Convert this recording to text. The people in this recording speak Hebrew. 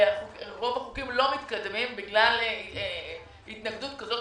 ורוב החוקים לא מתקדמים בגלל התנגדות כזאת